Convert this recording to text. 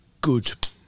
good